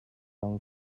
own